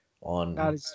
on